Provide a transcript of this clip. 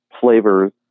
flavors